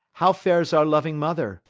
how fares our loving mother?